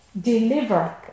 deliver